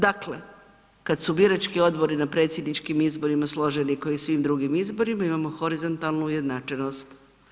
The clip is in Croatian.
Dakle, kad su birački odbori na predsjedničkim izborima složeni ko i u svim drugim izborima, imamo horizontalnu ujednačenost.